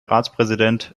ratspräsident